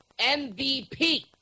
MVP